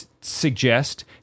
suggest